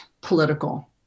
political